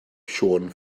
siôn